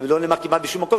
זה לא נאמר כמעט בשום מקום,